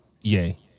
yay